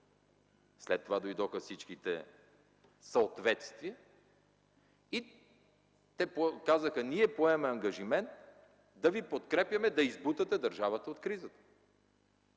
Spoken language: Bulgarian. след това дойдоха всичките „съответствия” и те казаха: „Ние поемаме ангажимент да ви подкрепяме да избутате държавата от кризата”.